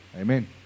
Amen